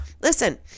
listen